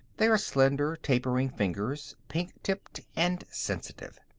they are slender, tapering fingers, pink-tipped and sensitive.